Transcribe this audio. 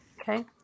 Okay